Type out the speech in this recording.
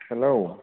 hello